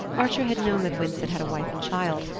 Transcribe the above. archer had known that winsett had a wife and child,